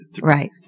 right